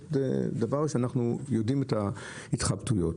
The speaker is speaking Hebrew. זה דבר שאנחנו יודעים את ההתחבטויות.